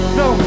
no